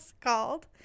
called